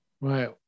Right